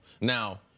Now